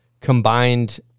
combined